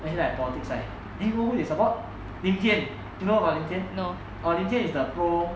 let's say for politics right you know who he support lim tean you know about lim tean oh lim tean is the pro